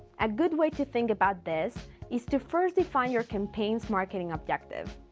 a good way to think about this is to first define your campaigns marketing objective.